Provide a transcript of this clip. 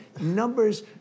numbers